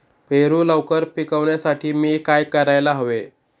पेरू लवकर पिकवण्यासाठी मी काय करायला हवे?